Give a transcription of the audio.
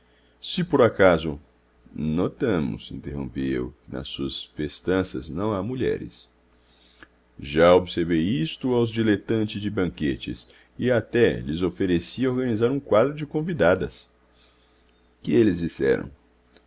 se por acaso notamos interrompi eu que nas suas festanças não há mulheres já observei isto aos dilettanti de banquetes e até lhes ofereci organizar um quadro de convidadas que eles disseram